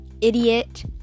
idiot